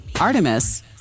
Artemis